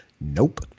nope